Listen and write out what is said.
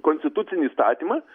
konstitucinį įstatymą